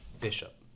Bishop